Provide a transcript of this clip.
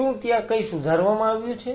શું ત્યાં કંઈ સુધારવામાં આવ્યું છે